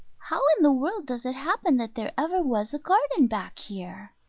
how in the world does it happen that there ever was a garden back here?